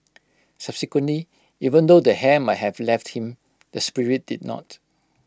subsequently even though the hair might have left him the spirit did not